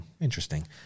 Interesting